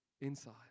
inside